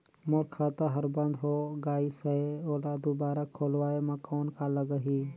मोर खाता हर बंद हो गाईस है ओला दुबारा खोलवाय म कौन का लगही?